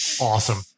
Awesome